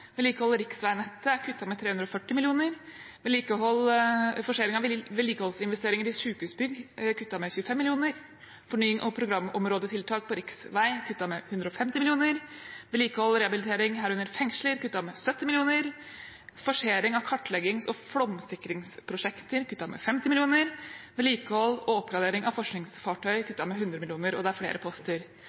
vedlikehold i kommunene på 500 mill. kr er borte, vedlikeholdet av riksveinettet er kuttet med 340 mill. kr, forskjellige vedlikeholdsinvesteringer i sykehusbygg er kuttet med 25 mill. kr, fornying og programområdetiltak på riksvei er kuttet med 150 mill. kr, vedlikehold og rehabilitering, herunder fengsler, er kuttet med 70 mill. kr, forsering av kartleggings- og flomsikringsprosjekter er kuttet med 50 mill. kr, vedlikehold og oppgradering av forskningsfartøy er